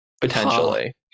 Potentially